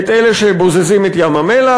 את אלה שבוזזים את ים-המלח,